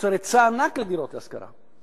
יוצר היצע ענק של דירות להשכרה.